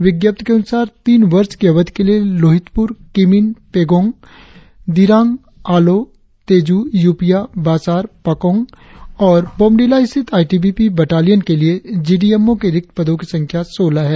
विज्ञप्ति के अनुसार तीन वर्ष की अवधि के लिए लोहितपुर किमिन पेगोंग दिरांग आलो तेजू यूपिया बासार पाकोंग और बोमडिला स्थित I T B P battalion के लिए जी डी एम ओ के रिक्त पदो की संख्या सोलह है